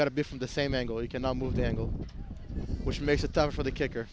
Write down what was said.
got to be from the same angle he cannot move the angle which makes it tough for the kicker